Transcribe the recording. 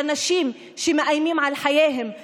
על הנשים שגברים אלימים מאיימים על חייהן,